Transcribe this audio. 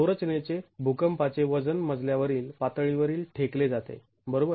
संरचनेचे भूकंपाचे वजन मजल्या वरील पातळीवर ठेकले जाते बरोबर